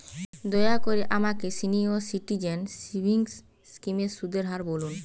দয়া করে আমাকে সিনিয়র সিটিজেন সেভিংস স্কিমের সুদের হার বলুন